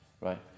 right